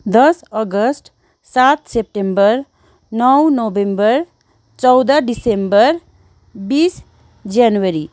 दस अगस्त सात सेप्टेम्बर नौ नोभेम्बर चौध दिसम्बर बिस जनवरी